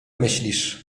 myślisz